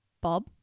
Bob